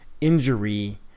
injury